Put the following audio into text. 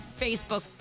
Facebook